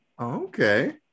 Okay